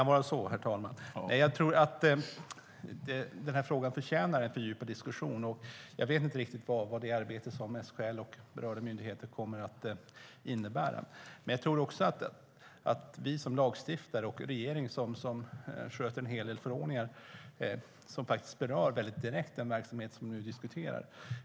Herr talman! Den här frågan förtjänar en fördjupad diskussion. Jag vet inte riktigt vad SKL:s och de berörda myndigheternas arbete kommer att innebära, men vi som lagstiftare och regeringen, som utfärdar en hel del förordningar, påverkar direkt den verksamhet som vi nu diskuterar.